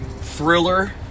thriller